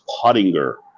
Pottinger